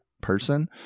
person –